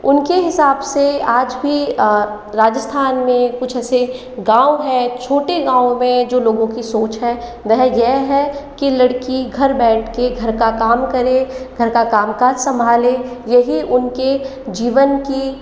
उनके हिसाब से आज भी राजस्थान में कुछ ऐसे गाँव है छोटे गाँव में जो लोगों की सोच है वह यह है कि लड़की घर बैठके घर का काम करे घर का कामकाज सम्भाले यही उनके जीवन की